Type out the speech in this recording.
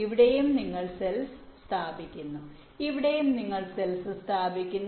ഇവിടെയും നിങ്ങൾ സെൽസ് സ്ഥാപിക്കുന്നു ഇവിടെയും നിങ്ങൾ സെൽസ് സ്ഥാപിക്കുന്നു